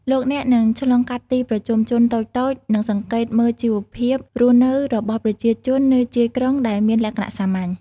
លោកអ្នកនឹងឆ្លងកាត់ទីប្រជុំជនតូចៗ និងសង្កេតមើលជីវភាពរស់នៅរបស់ប្រជាជននៅជាយក្រុងដែលមានលក្ខណៈសាមញ្ញ។